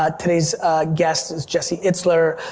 ah today's guest is jesse itzler,